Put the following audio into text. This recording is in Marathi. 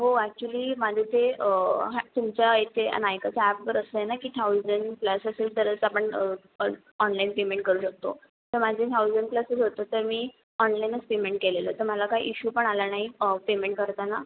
हो ॲक्च्युली माझं ते ह्या तुमच्या इथे नायकाच्या ॲपवर असं आहे ना की थाउजंड प्लस सेल तरच आपण ऑनलाईन पेमेंट करू शकतो तर माझे थाउजंड प्लसच होतं तर मी ऑनलाईनच पेमेंट केलेलं तर मला काही इश्यू पण आला नाही पेमेंट करताना